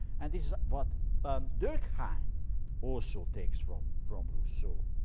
and this is what um durkheim also takes from from rousseau.